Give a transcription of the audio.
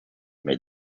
may